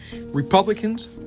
Republicans